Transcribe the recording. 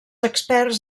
experts